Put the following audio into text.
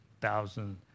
thousand